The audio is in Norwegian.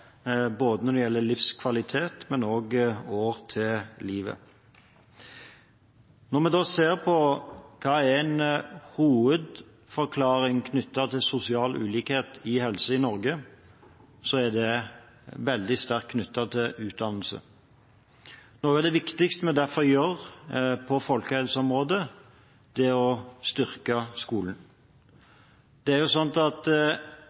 både når det gjelder livskvalitet og år til livet. Når vi da ser på hva som er en hovedforklaring på sosial ulikhet i helse i Norge, er det veldig sterkt knyttet til utdannelse. Noe av det viktigste vi derfor gjør på folkehelseområdet, er å styrke skolen. Hvis vi ser på internasjonale undersøkelser om hva som har størst betydning for at